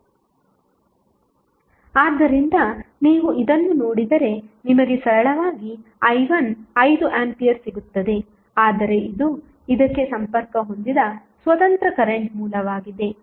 ನೋಡಿ ಸ್ಲೈಡ್ ಸಮಯ 1654 ಆದ್ದರಿಂದ ನೀವು ಇದನ್ನು ನೋಡಿದರೆ ನಿಮಗೆ ಸರಳವಾಗಿ i1 5 ಆಂಪಿಯರ್ ಸಿಗುತ್ತದೆ ಆದರೆ ಇದು ಇದಕ್ಕೆ ಸಂಪರ್ಕ ಹೊಂದಿದ ಸ್ವತಂತ್ರ ಕರೆಂಟ್ ಮೂಲವಾಗಿದೆ